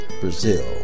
Brazil